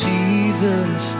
Jesus